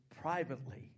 privately